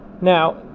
Now